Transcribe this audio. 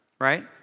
right